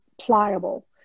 pliable